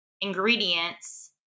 ingredients